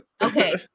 Okay